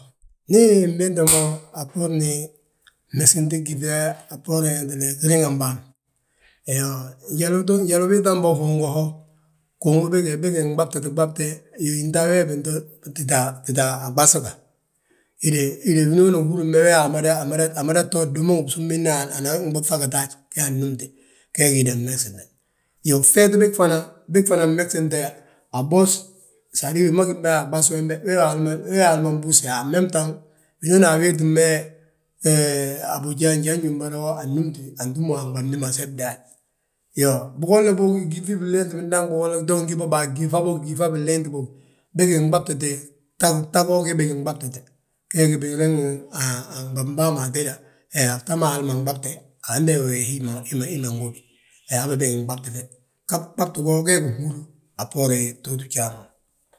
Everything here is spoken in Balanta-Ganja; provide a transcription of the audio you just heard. Ndi inbinti mo a gmegsenti gyíŧe a bboorin giriŋim bàa ma. Njali uton, njalu ubiiŧam bo gungu ho, gungu bége, bége nɓabti, ɓabte, yóyi ta wee wi bito, tita tita a ɓasi ga, híde wiini uhúrim be wee wa amada to dumi ngi bsúmbini anan ɓuŧa gita haji ge anúmte, gee gi híde mmegsite. Iyoo, gŧeet bég fana, bég fana megsinte, a bos, sadir wi ma gi mbe, a bos wembe wee wa, hal ma mbuste winooni a wéetim be, hee, a boja njan mñunbara wo annúmti wi antúm wi a ɓani ma so bdaad. Iyoo, bigollabógi gúŧi bindaŋ bigolla toon gí bo, bàa gyíŧa bógi, gyíŧa binleenti bógi. Bége nɓabtiti, gta goo gi binɓabtite, gee gi binleefi a gɓab bàa ma atéda, he a fta ma hali ma nɓabte, hande hi ma, hi ma ngóbi, hee habe bége nɓabti be, gɓabti go, gee gi nhúri a bboorin btooti bjaa ma.